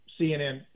CNN